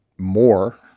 more